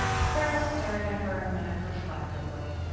sara stared at her a minute reflectively.